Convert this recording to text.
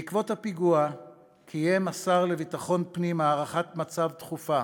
בעקבות הפיגוע קיים השר לביטחון פנים הערכת מצב דחופה